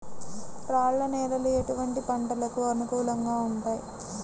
రాళ్ల నేలలు ఎటువంటి పంటలకు అనుకూలంగా ఉంటాయి?